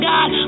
God